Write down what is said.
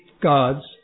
God's